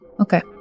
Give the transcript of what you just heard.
Okay